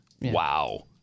Wow